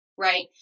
right